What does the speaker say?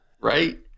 Right